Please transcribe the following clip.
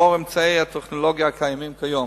לאור אמצעי הטכנולוגיה הקיימים כיום,